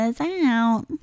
out